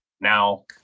Now